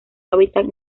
hábitat